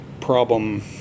problem